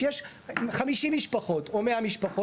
כשיש 50 איש פחות או 100 משפחות,